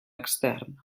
extern